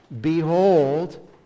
Behold